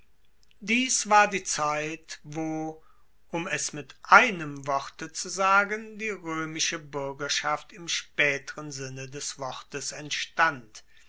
dies war die zeit wo um es mit einem worte zu sagen die roemische buergerschaft im spaeteren sinne des wortes entstand